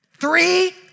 Three